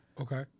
Okay